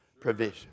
provision